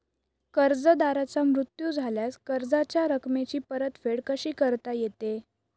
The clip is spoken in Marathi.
कर्जदाराचा मृत्यू झाल्यास कर्जाच्या रकमेची परतफेड कशी करता येते?